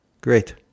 great